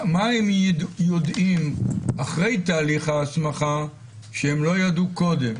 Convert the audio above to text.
מה הם יודעים אחרי תהליך ההסמכה שהם לא ידעו קודם?